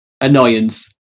annoyance